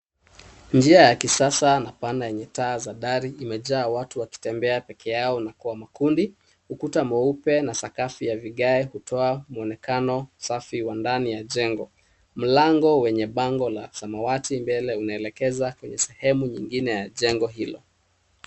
Njia ya kisasa na pana yenye taa za dari imejaa watu wakitembea peke yao na kwa makundi, ukuta mweupe na sakafu ya vigae hutoa mwonekano safi wa ndani ya jengo. Mlango wenye bango la samawati mbele unaelekeza kwenye sehemu nyingine ya jengo hilo.